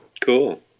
Cool